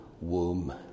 womb